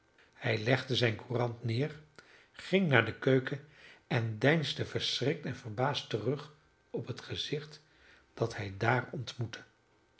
hij legde zijne courant neer ging naar de keuken en deinsde verschrikt en verbaasd terug op het gezicht dat hij daar ontmoette